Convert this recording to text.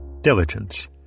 Diligence